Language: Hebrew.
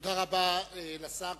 תודה רבה לשר.